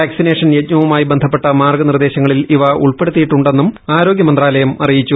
vaccination യജ്ഞവുമായി ബന്ധപ്പെട്ട മാർഗ്ഗനിർദേശങ്ങളിൽ ഇവ ഉൾപ്പെടുത്തിയിട്ടുണ്ടെന്നും ആരോഗ്യ മന്ത്രലയം അറിയിച്ചു